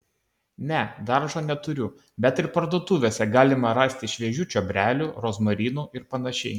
ne daržo neturiu bet ir parduotuvėse galima rasti šviežių čiobrelių rozmarinų ir panašiai